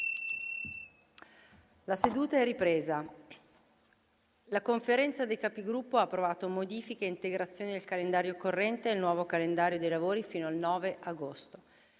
una nuova finestra"). La Conferenza dei Capigruppo ha approvato modifiche e integrazioni al calendario corrente e il nuovo calendario dei lavori fino al 9 agosto.